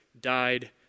died